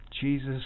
Jesus